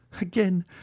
Again